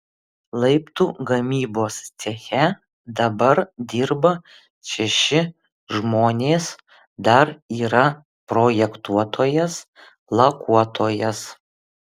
laiptų gamybos ceche dabar dirba šeši žmonės dar yra projektuotojas lakuotojas